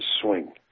swing